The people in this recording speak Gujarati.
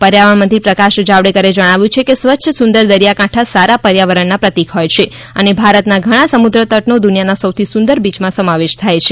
પર્યાવરણ મંત્રી પ્રકાશ જાવડેકરે જણાવ્યું છે કે સ્વચ્છ સુંદર દરિયાકાંઠા સારા પર્યાવરણના પ્રતીક હોય છે અને ભારતના ઘણા સમુદ્ર તટનો દુનિયાના સૌથી સુંદર બીચમાં સમાવેશ થાય છે